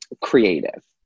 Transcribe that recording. creative